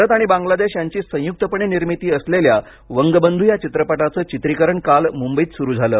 भारत आणि बांग्लादेश यांची संयुक्तपणे निर्मिती असलेल्या वंगबंधू या चित्रपटाचं चित्रीकरण काल मुंबईत सुरू झालं